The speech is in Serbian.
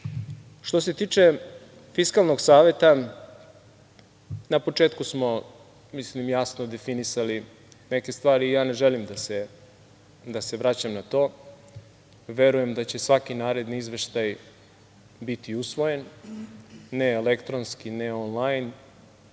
se tiče Fiskalnog saveta na početku smo jasno definisali neke stvari. Ja ne želim da se vraćam na to. Verujem da će svaki naredni izveštaj biti usvojen, ne elektronski, ne onlajn,